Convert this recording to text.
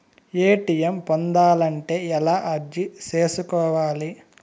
ATM పొందాలంటే ఎలా అర్జీ సేసుకోవాలి?